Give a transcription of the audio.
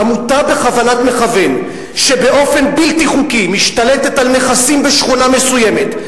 עמותה בכוונת מכוון שבאופן בלתי חוקי משתלטת על נכסים בשכונה מסוימת,